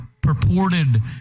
purported